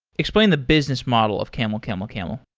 explain the business model of camelcamelcamel